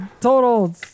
total